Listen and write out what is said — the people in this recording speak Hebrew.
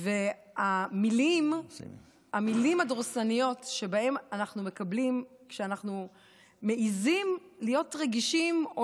המילים הדורסניות שאנחנו מקבלים כשאנחנו מעיזים להיות רגישים או